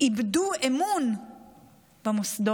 איבדו אמון במוסדות,